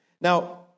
Now